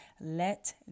Let